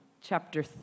chapter